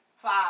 Five